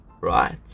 right